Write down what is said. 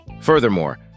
Furthermore